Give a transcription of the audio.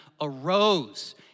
arose